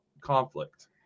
conflict